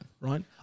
Right